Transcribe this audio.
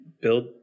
build